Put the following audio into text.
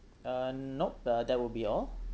uh nope uh that will be all